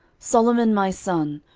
solomon my son,